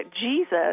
Jesus